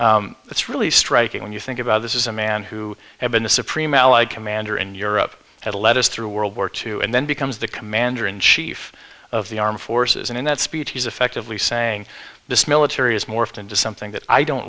experience it's really striking when you think about this is a man who had been the supreme allied commander in europe had a lead us through world war two and then becomes the commander in chief of the armed forces and in that speech he's effectively saying this military has morphed into something that i don't